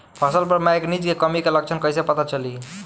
फसल पर मैगनीज के कमी के लक्षण कइसे पता चली?